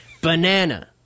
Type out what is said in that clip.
banana